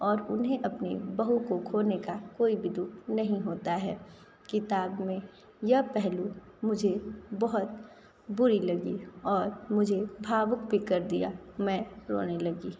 और उन्हें अपनी बहू को खोने का कोई भी दुःख नहीं होता है किताब में यह पहलू मुझे बहुत बुरी लगी और मुझे भावुक भी कर दिया मैं रोने भी लगी